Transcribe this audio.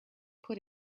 put